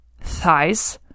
thighs